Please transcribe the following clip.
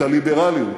את הליברליות,